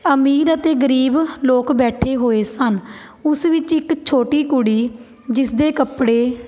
ਅਮੀਰ ਅਤੇ ਗਰੀਬ ਲੋਕ ਬੈਠੇ ਹੋਏ ਸਨ ਉਸ ਵਿੱਚ ਇੱਕ ਛੋਟੀ ਕੁੜੀ ਜਿਸ ਦੇ ਕੱਪੜੇ